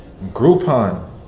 Groupon